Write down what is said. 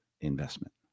investment